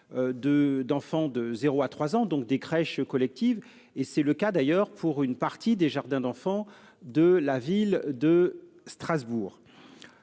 enfants de 0 à 3 ans, soit des crèches collectives, comme c'est déjà le cas pour une partie des jardins d'enfants de la ville de Strasbourg.